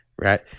Right